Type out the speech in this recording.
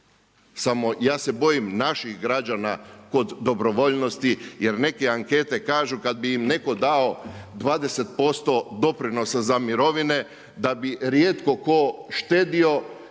Samo ja se bojim naših građana kod dobrovoljnosti, jer neke ankete kažu kad bi im netko dao 20% doprinosa za mirovine da bi rijetko tko štedio